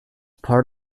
part